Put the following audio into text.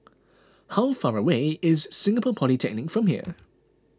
how far away is Singapore Polytechnic from here